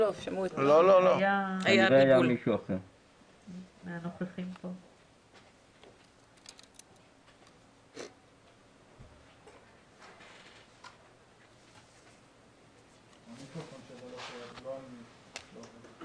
הניסיונות לדבר אל מצפונם של ראשי העם לא עלו יפה כבר עשרות שנים.